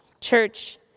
Church